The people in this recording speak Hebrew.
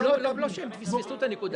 זה לא שהם פספסו את הנקודה.